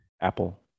Apple